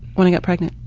when i got pregnant.